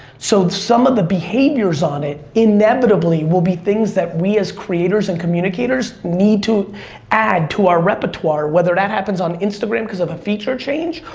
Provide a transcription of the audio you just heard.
so, some of the behaviors on it, inevitably, will be things that we, as creators and communicators, need to add to our repertoire, whether that happens on instagram because of a feature change,